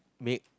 make